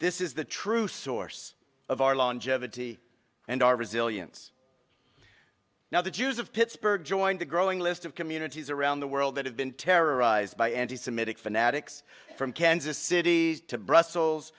this is the true source of our longevity and our resilience now the jews of pittsburgh joined a growing list of communities around the world that have been terrorized by anti semitic fanatics from kansas city to brussels